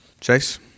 chase